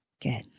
good